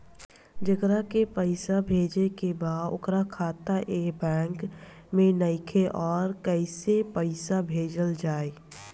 जेकरा के पैसा भेजे के बा ओकर खाता ए बैंक मे नईखे और कैसे पैसा भेजल जायी?